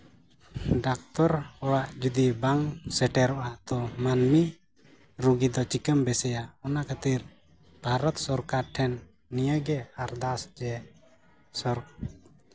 doctor ᱚᱲᱟᱜ ᱡᱩᱫᱤ ᱵᱟᱝ ᱥᱮᱴᱮᱨᱚᱜᱼᱟ ᱛᱚ ᱢᱟᱹᱱᱢᱤ ᱨᱩᱜᱤ ᱫᱚ ᱪᱤᱠᱟᱹᱢ ᱵᱮᱥᱮᱭᱟ ᱚᱱᱟ ᱠᱷᱟᱹᱛᱤᱨ ᱵᱷᱟᱨᱚᱛ ᱥᱚᱨᱠᱟᱨ ᱴᱷᱮᱱ ᱱᱤᱭᱟᱹ ᱜᱮ ᱟᱨᱫᱟᱥ ᱡᱮ ᱥᱚᱨᱚᱠ